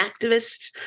activist